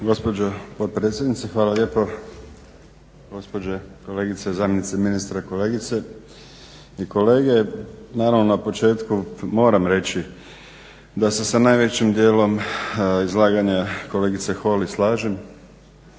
Gospođo potpredsjednice hvala lijepo. Gospođe kolegice, zamjenice ministra, kolegice i kolege. Naravno na početku moram reći da se sa najvećim dijelom izlaganja kolegice Holy slažem.